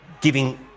giving